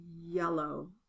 yellow